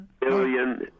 Billion